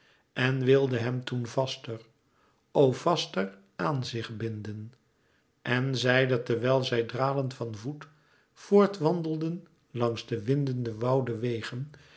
en wilde hem toen vaster o vaster aan zich binden en zeide terwijl zij dralend van voet voort wandelden langs de windende woudewegen